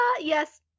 yes